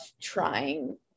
trying